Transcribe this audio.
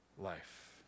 life